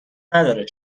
نداره